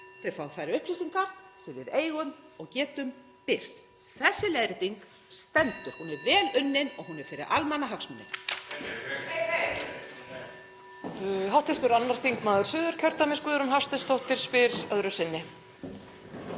Þau fá þær upplýsingar sem við eigum og við getum birt. Þessi leiðrétting stendur. Hún er vel unnin og hún er fyrir almannahagsmuni.